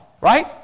Right